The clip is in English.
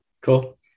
Cool